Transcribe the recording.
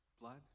blood